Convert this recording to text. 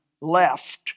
left